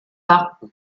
pas